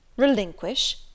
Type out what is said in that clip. Relinquish